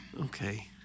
Okay